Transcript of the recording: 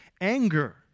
Anger